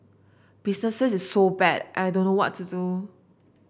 business is so bad I don't know what to do